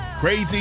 Crazy